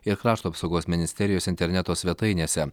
ir krašto apsaugos ministerijos interneto svetainėse